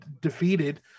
defeated